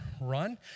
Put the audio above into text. Run